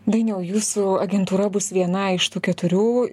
dainiau jūsų agentūra bus viena iš tų keturių